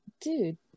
dude